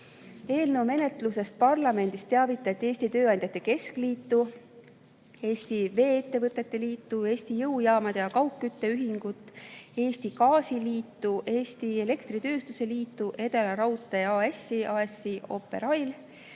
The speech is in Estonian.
Eelnõu menetlusest parlamendis teavitati Eesti Tööandjate Keskliitu, Eesti Vee-ettevõtete Liitu, Eesti Jõujaamade ja Kaugkütte Ühingut, Eesti Gaasiliitu, Eesti Elektritööstuse Liitu, Edelaraudtee AS-i, AS-i Operail,